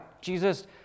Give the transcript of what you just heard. Jesus